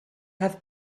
have